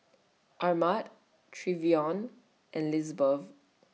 Armand Trevion and Lisbeth